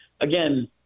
again